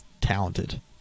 talented